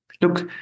look